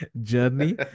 journey